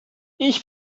ich